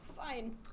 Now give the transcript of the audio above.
Fine